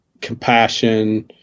compassion